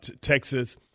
Texas –